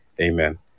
amen